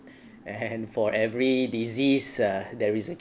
and for every disease err there is a